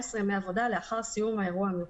ימי עבודה לאחר מועד סיום האירוע המיוחד.